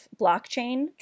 blockchain